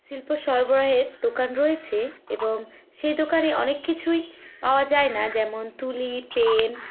শিল্প সরবরাহের দোকান রয়েছে এবং সে দোকানে অনেক কিছুই পাওয়া যায় না যেমন তুলি পেন